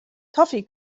toffee